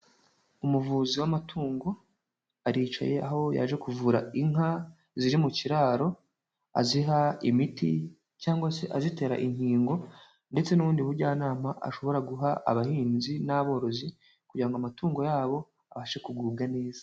Umuvuzi w'amatungo aricaye aho yaje kuvura inka ziri mu kiraro, aziha imiti cyangwa se azitera inkingo ndetse n'ubundi bujyanama ashobora guha abahinzi n'aborozi, kugira ngo amatungo yabo abashe kugubwa neza.